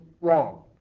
wrong